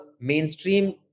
mainstream